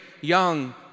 young